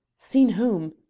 seen whom?